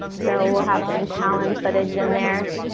so we'll have some talent footage in there.